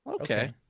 Okay